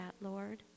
Lord